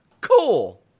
Cool